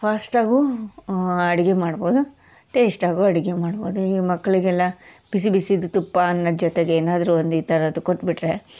ಫಾಸ್ಟಾಗೂ ಅಡುಗೆ ಮಾಡ್ಬೋದು ಟೇಸ್ಟಾಗೂ ಅಡುಗೆ ಮಾಡ್ಬೋದು ಈ ಮಕ್ಕಳಿಗೆಲ್ಲ ಬಿಸಿ ಬಿಸೀದು ತುಪ್ಪ ಅನ್ನದ ಜೊತೆಗೆ ಏನಾದ್ರೂ ಒಂದು ಈ ಥರದ್ದು ಕೊಟ್ಟುಬಿಟ್ರೆ